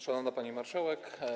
Szanowna Pani Marszałek!